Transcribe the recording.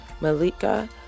Malika